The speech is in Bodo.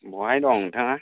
बहाय दं नोंथाङा